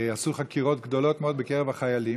עשו חקירות גדולות מאוד בקרב החיילים,